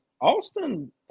Austin